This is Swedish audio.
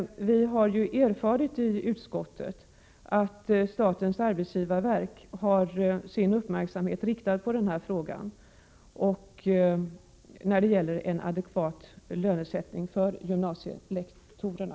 Vi i utskottet har erfarit att statens arbetsgivarverk har sin uppmärksamhet riktad på frågan om en adekvat lönesättning för gymnasielektorerna.